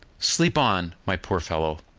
sleep on, my poor fellow!